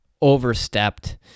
overstepped